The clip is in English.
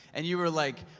and you were like,